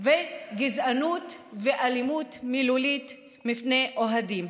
גזענות ואלימות מילולית מצד אוהדים.